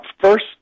First